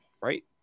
right